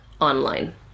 online